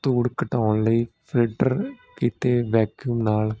ਧੂੜ ਘਟਾਉਣ ਲਈ ਫਿਲਟਰ ਕੀਤੇ ਵੈਕਿਊਮ ਨਾਲ